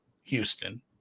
Houston